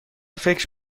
فکر